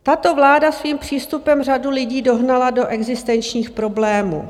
Tato vláda svým přístupem řadu lidí dohnala do existenčních problémů.